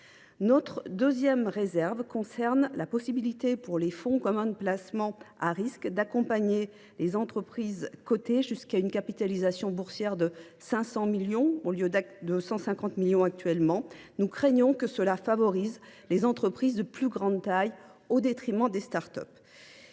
Notre deuxième réserve porte sur la possibilité, pour les fonds communs de placement à risques, d’accompagner les entreprises cotées jusqu’à une capitalisation boursière de 500 millions d’euros, contre 150 millions d’euros actuellement. Nous craignons qu’un tel choix ne favorise les entreprises de grande taille au détriment des start up.